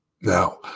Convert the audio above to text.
Now